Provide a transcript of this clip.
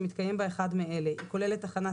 שמתקיים בה אחד מאלה: (1) היא כוללת תחנת